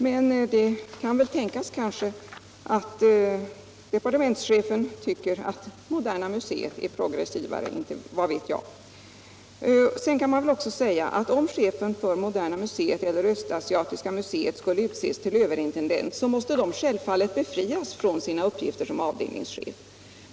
Men det kan ju tänkas att departementschefen tycker att moderna museet är progressivare. Vad vet jag! Sedan kan man också säga att om chefen för moderna museet eller östasiatiska museet skulle utses till överintendent, måste vederbörande självfallet befrias från sina uppgifter såsom avdelningschef.